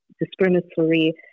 discriminatory